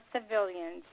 civilians